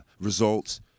results